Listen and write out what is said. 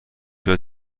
بیاد